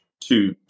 two